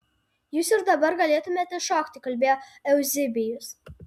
jūs ir dabar galėtumėte šokti kalbėjo euzebijus